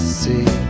see